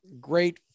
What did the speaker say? great